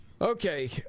Okay